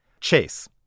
chase